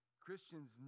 Christians